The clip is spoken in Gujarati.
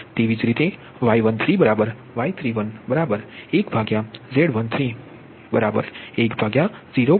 તેવી જ રીતે Y13 Y31 1 Z13 1 0